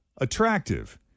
attractive